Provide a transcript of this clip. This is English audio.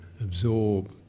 absorb